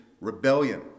rebellion